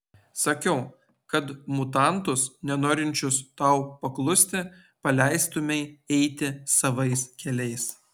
sakiau kad mutantus nenorinčius tau paklusti paleistumei eiti savais keliais